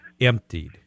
emptied